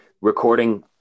recording